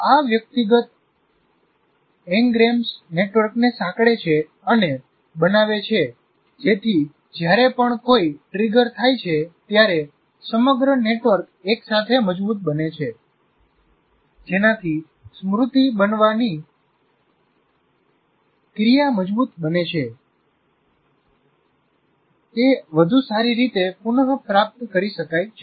આ વ્યક્તિગત એન્ગ્રેમ્સ નેટવર્કને સાંકળે છે અને બનાવે છે જેથી જ્યારે પણ કોઈ ટ્રિગર થાય છે ત્યારે સમગ્ર નેટવર્ક એકસાથે મજબૂત બને છે જેનાથી સ્મૃતિ બનવાવની ક્રિયામજબૂત બને છે તે વધુ સારી રીતે પુનપ્રાપ્ત કરી શકાય છે